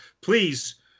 please